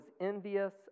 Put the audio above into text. envious